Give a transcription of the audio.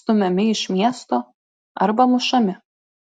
stumiami iš miesto arba mušami